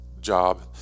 job